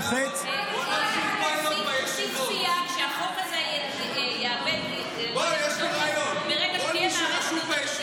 לוחץ -- החוק הזה יאבד תוקף ברגע שתהיה מערכת --- בוא,